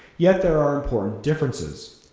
yet there are important differences.